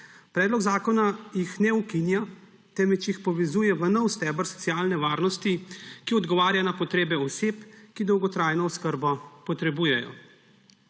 Predlog zakona jih ne ukinja, temveč jih povezuje v nov steber socialne varnosti, ki odgovarja na potrebe oseb, ki dolgotrajno oskrbo potrebujejo.